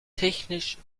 technisch